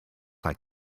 like